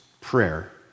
prayer